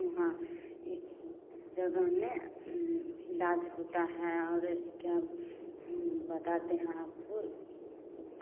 वहाँ जगह में इलाज होता है और क्या बताते हैं आप